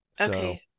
Okay